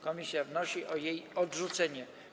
Komisja wnosi o jej odrzucenie.